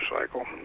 cycle